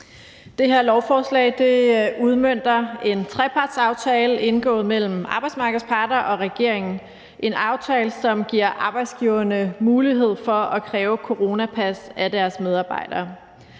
Det her lovforslag udmønter en trepartsaftale indgået mellem arbejdsmarkedets parter og regeringen. Det er en aftale, som giver arbejdsgiverne mulighed for at kræve coronapas af deres medarbejdere.